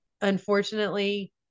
Unfortunately